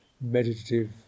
meditative